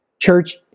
Church